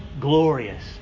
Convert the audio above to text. glorious